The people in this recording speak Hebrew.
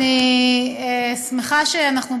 אני שמחה שאנחנו,